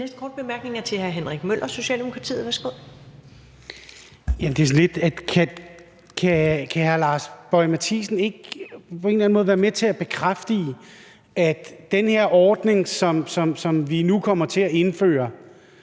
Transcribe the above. næste korte bemærkning er til hr. Henrik Møller, Socialdemokratiet. Værsgo. Kl. 15:38 Henrik Møller (S): Kan hr. Lars Boje Mathiesen ikke på en eller anden måde være med til at bekræfte, at den her ordning, som vi nu kommer til at indføre,